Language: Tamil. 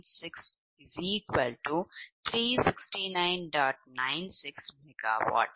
சரி இது இப்போது loadயாக மாற வேண்டும்